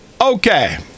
okay